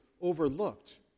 overlooked